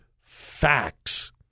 facts